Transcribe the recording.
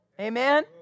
Amen